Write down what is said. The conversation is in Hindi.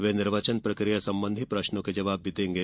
वे निर्वाचन प्रक्रिया सम्बन्धी प्रश्नों के जवाब भी देंगे